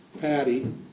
Patty